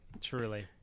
truly